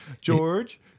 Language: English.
George